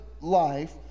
life